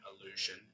illusion